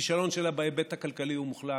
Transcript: הכישלון שלה בהיבט הכלכלי הוא מוחלט,